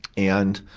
and,